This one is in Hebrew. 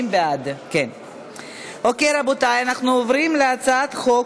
אני קובעת כי הצעת חוק